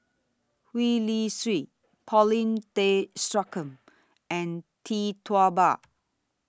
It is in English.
Gwee Li Sui Paulin Tay Straughan and Tee Tua Ba